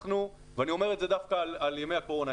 ואני אומר את זה דווקא על ימי הקורונה.